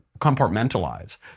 compartmentalize